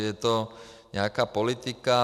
Je to nějaká politika.